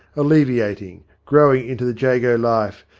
alleviating, growing into the jago life,